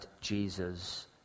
Jesus